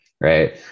Right